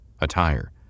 attire